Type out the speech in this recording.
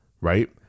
right